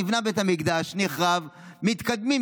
נבנה בית המקדש, נחרב, מתקדמים.